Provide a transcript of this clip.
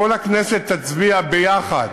כל הכנסת תצביע ביחד,